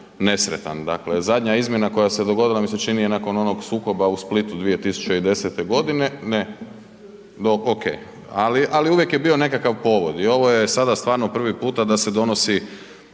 dakle, zadnja izmjena koja se dogodila mi se čini nakon onog sukoba u Splitu 2010. g. Ne. .../nerazumljivo/... oke. Ali uvijek je bio nekakav povod i ovo je sada stvarno prvi puta da se donosi